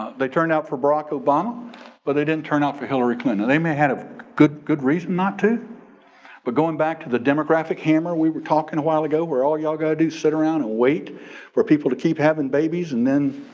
they turned out for barack obama but they didn't turn out for hillary clinton. they may had a good good reason not to but going back to the demographic hammer we were talking a while ago where all y'all gotta do sit around and wait for people to keep having babies and then